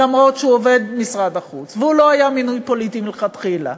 אף שהוא עובד משרד החוץ והוא לא היה מינוי פוליטי מלכתחילה.